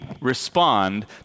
respond